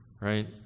right